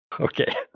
Okay